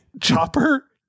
Chopper